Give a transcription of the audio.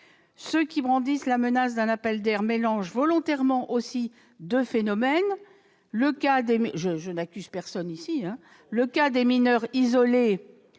Ceux qui brandissent la menace d'un appel d'air mélangent volontairement aussi deux phénomènes- je n'accuse personne